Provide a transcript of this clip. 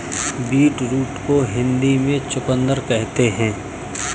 beetroot को हिंदी में चुकंदर कहते हैं